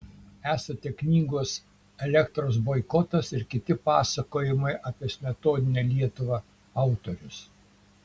esate knygos elektros boikotas ir kiti pasakojimai apie smetoninę lietuvą autorius